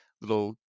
little